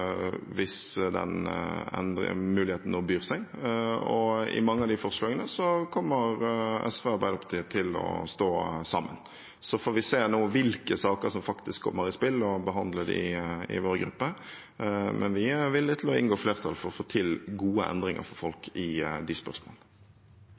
hvis den muligheten nå byr seg, og i mange av de forslagene kommer SV og Arbeiderpartiet til å stå sammen. Så får vi se hvilke saker som faktisk kommer i spill, og behandle dem i vår gruppe, men vi er villige til å inngå flertall for å få til gode endringer for folk